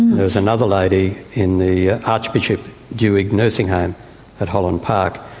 there was another lady in the archbishop duhig nursing home at holland park.